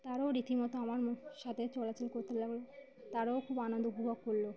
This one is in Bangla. তারাও রীতিমতো আমার সাথে চলাচল করতে লাগল তারাও খুব আনন্দ উপভোগ করল